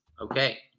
Okay